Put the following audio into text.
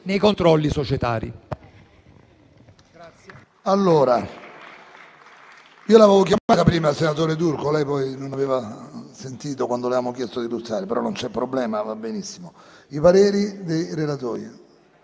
nei controlli societari.